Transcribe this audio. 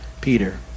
Peter